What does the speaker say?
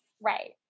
Right